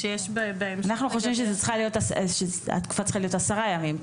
אנחנו חושבים שהתקופה צריכה להיות עשרה ימים.